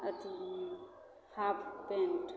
अथी half paint